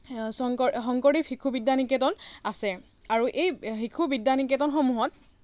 শংকৰদেৱ শংকৰদেৱ শিশু বিদ্যা নিকেতন আছে আৰু এই শিশু বিদ্যা নিকেতনসমূহত